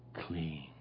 clean